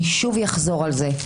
אני שוב אחזור על זה,